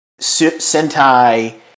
Sentai